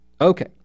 Okay